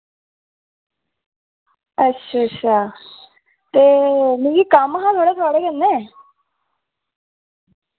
अच्छ अच्छा ते मिगी कम्म हा यरो थोआड़े कन्नै